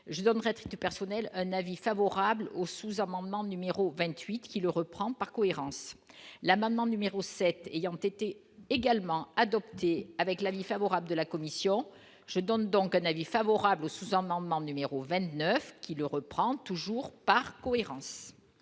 je donnerai tout du personnel, un avis favorable au sous-amendement numéro 28 qui le reprend par cohérence l'amendement numéro 7 ayant été également adopté avec l'avis favorable de la commission, je donne donc un avis favorable au sous-amendement numéro 29 qui le reprend toujours par cohérence.